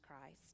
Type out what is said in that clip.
Christ